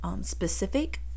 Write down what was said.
specific